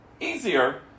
easier